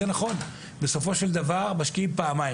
נכון, בסופו של דבר משקיעים פעמיים.